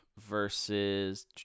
versus